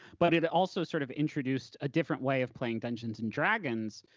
but it it also sort of introduced a different way of playing dungeons and dragons,